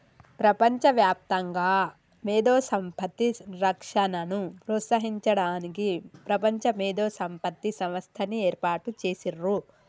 ప్రపంచవ్యాప్తంగా మేధో సంపత్తి రక్షణను ప్రోత్సహించడానికి ప్రపంచ మేధో సంపత్తి సంస్థని ఏర్పాటు చేసిర్రు